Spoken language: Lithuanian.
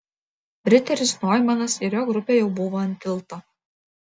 riteris noimanas ir jo grupė jau buvo ant tilto